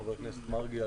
חבר הכנסת מרגי,